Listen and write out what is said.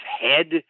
head